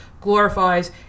glorifies